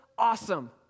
awesome